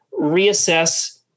reassess